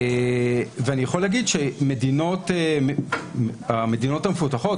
אני יכול להגיד שהמדינות המפותחות,